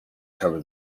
cover